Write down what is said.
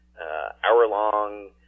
hour-long